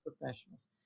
professionals